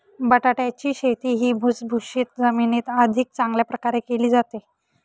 बटाट्याची शेती ही भुसभुशीत जमिनीत अधिक चांगल्या प्रकारे केली जाते